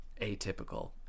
atypical